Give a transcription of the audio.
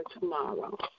tomorrow